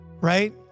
Right